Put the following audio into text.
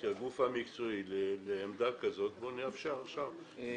כגוף המקצועי לעמדה שכזו בואו נאפשר עכשיו דיון.